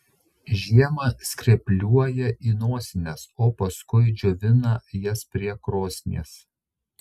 žiemą skrepliuoja į nosines o paskui džiovina jas prie krosnies